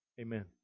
Amen